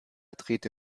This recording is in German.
drehte